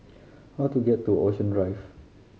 how do get to Ocean Drive